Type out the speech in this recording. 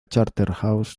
charterhouse